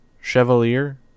Chevalier